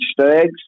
stags